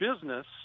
business